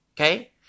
okay